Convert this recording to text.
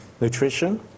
nutrition